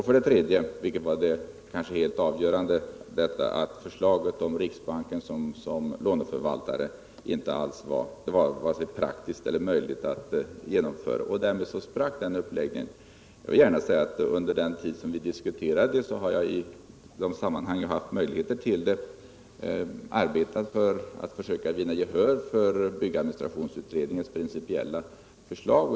För det tredje, vilket kanske var det helt avgörande, var förslaget om riksbanken som låneförvaltare varken praktiskt eller möjligt att genomföra. Därmed sprack den uppläggningen. Jag vill gärna säga att jag i samband med diskussionerna om BAU:s förslag i de sammanhang där jag har haft möjlighet därtill också arbetat för att vinna gehör för byggadministrationsutredningens principiella förslag.